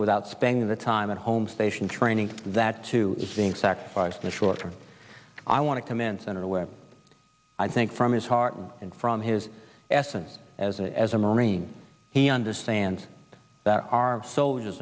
without spending the time at home station training that too is being sacrificed in the short term i want to commend senator webb i think from his heart and from his essence as a as a marine he understands that our soldiers